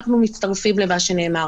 אנחנו מצטרפים למה שנאמר.